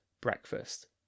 breakfast